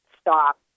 stop